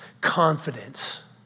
Confidence